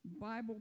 Bible